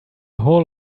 whole